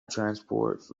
transport